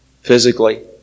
physically